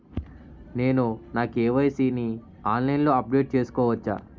నేను నా కే.వై.సీ ని ఆన్లైన్ లో అప్డేట్ చేసుకోవచ్చా?